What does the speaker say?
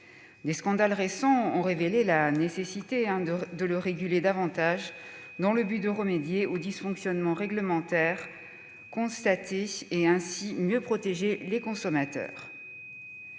Des scandales récents ont révélé la nécessité de le réguler davantage dans le but de remédier aux dysfonctionnements réglementaires constatés et, ainsi, de mieux protéger les consommateurs.